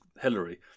Hillary